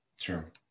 Sure